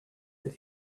that